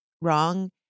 wrong